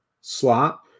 slot